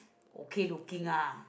okay looking ah